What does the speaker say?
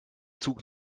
zug